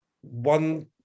one